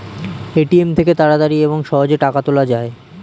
ATM থেকে তাড়াতাড়ি এবং সহজে টাকা তোলা যায়